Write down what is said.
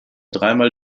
dreimal